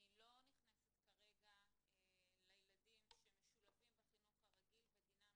אני לא נכנסת כרגע לילדים שמשולבים בחינוך הרגיל ודינם